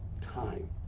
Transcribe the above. time